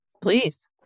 Please